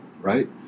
right